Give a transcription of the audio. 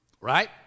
Right